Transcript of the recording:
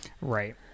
Right